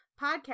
podcast